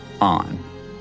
on